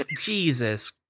Jesus